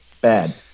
bad